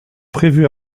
prévue